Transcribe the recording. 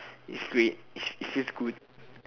it's it's just good